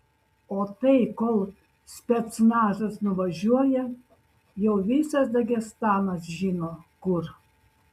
o tai kol specnazas nuvažiuoja jau visas dagestanas žino kur